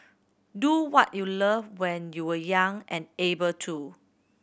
do what you love when you are young and able to